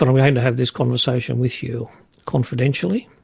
but i'm going to have this conversation with you confidentially'.